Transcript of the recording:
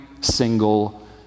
single